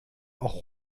auch